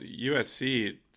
USC